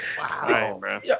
Wow